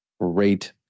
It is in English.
Great